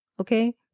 Okay